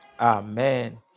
amen